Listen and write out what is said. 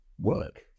work